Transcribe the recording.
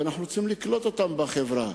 ואנחנו רוצים לקלוט אותם בחברה.